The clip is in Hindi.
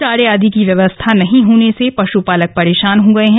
चारे आदि की व्यवस्था नहीं होने से पश्रपालक परेशान हो गए हैं